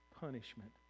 punishment